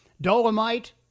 Dolomite